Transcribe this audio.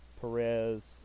Perez